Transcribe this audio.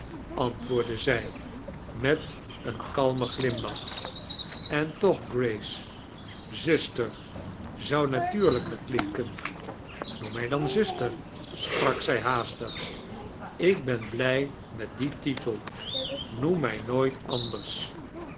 antwoordde zij met een kalmen glrimlach en toch grace zuster zou natuurlrjker klinken noem mij dan zuster sprak zij haastig ik ben blijd met dien titel noem mij noodt aaders